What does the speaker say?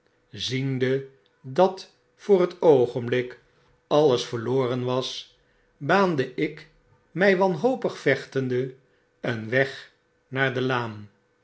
ziende dat voor het oogenblik alles verloren was baande ik my wanhopig vechtende een weg naar de laan